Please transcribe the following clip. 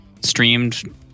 streamed